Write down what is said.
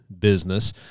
business